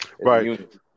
Right